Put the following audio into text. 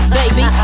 baby